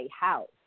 house